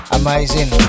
amazing